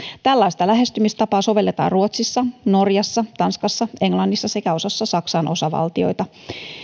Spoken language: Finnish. tällaista lähestymistapaa sovelletaan ruotsissa norjassa tanskassa englannissa sekä osassa saksan osavaltioita